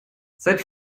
seit